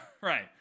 Right